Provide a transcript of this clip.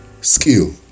skill